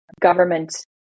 government